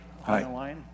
Hi